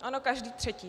Ano, každý třetí.